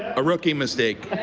a rookie mistake.